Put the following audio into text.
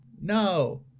no